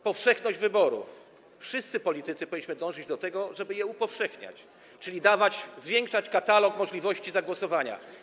Powszechność wyborów, wszyscy politycy powinniśmy dążyć do tego, żeby je upowszechniać, czyli zwiększać katalog możliwości zagłosowania.